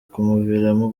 kumuviramo